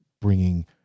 bringing